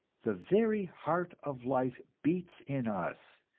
the very heart of life beats in us,